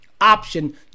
option